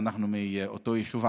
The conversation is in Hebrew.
אנחנו מאותו יישוב,